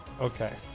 Okay